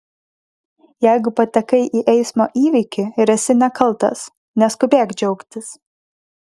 jeigu patekai į eismo įvykį ir esi nekaltas neskubėk džiaugtis